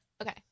Okay